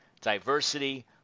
diversity